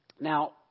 Now